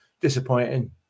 disappointing